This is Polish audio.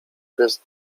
bez